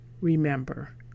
Remember